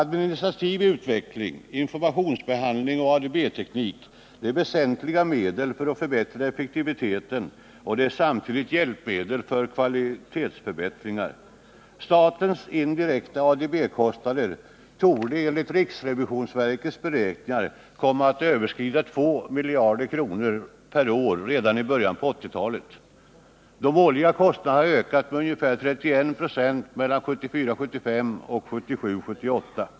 Administrativ utveckling, informationsbehandling och ADB-teknik är väsentliga medel för att förbättra effektiviteten och är samtidigt hjälpmedel för kvalitetsförbättringar. Statens direkta ADB-kostnader torde enligt riksrevisionsverkets beräkningar komma att överskrida 2 miljarder kronor per år redan i början av 1980-talet. De årliga kostnaderna har ökat med ungefär 31 26 mellan 1974 78.